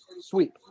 sweep